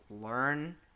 learn